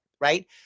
right